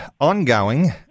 ongoing